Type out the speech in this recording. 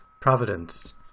Providence